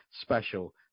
special